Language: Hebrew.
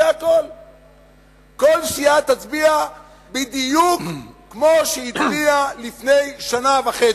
כל סיעה תצביע בדיוק כמו שהיא הצביעה לפני שנה וחצי.